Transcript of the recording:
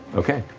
okay.